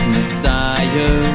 Messiah